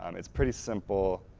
um it's pretty simple.